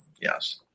Yes